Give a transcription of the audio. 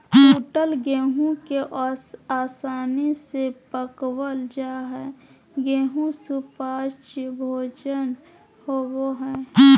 टूटल गेहूं के आसानी से पकवल जा हई गेहू सुपाच्य भोजन होवई हई